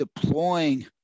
deploying